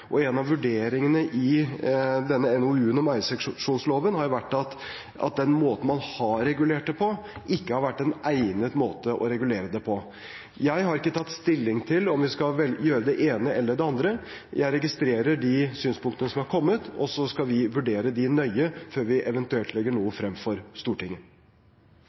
og en av vurderingene i denne NOU-en om eierseksjonsloven har vært at den måten man har regulert det på, ikke har vært en egnet måte. Jeg har ikke tatt stilling til om vi skal gjøre det ene eller det andre. Jeg registrerer de synspunktene som har kommet, og så skal vi vurdere dem nøye før vi eventuelt legger noe frem for Stortinget.